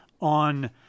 on